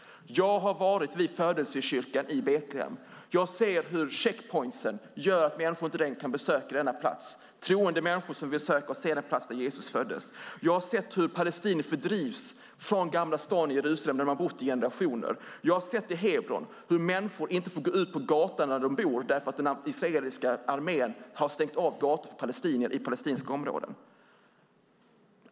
Jag har varit vid Födelsekyrkan i Betlehem. Jag ser hur olika checkpoints gör att människor inte längre kan besöka denna plats, troende människor som vill besöka och se den plats där Jesus föddes. Jag har sett hur palestinier fördrivs från gamla stan i Jerusalem där de har bott i generationer. Jag har i Hebron sett att människor inte får gå ut på gatan där de bor därför att den israeliska armén har stängt av gator för palestinier i palestinska områden.